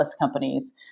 companies